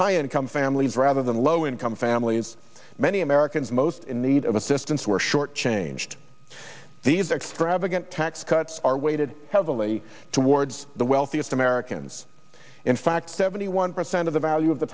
high income families rather than low income families many americans most in need of assistance were short changed these extravagant tax cuts are weighted heavily towards the wealthiest americans in fact seventy one percent of the value of the